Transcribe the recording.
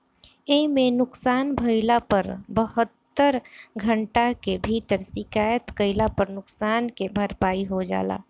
एइमे नुकसान भइला पर बहत्तर घंटा के भीतर शिकायत कईला पर नुकसान के भरपाई हो जाला